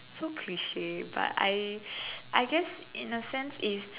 so cliche but I I guess in a sense it's